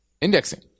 indexing